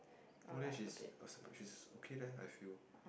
no leh she's okay leh I feel